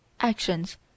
Actions